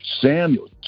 Samuel